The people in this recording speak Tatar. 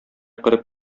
корып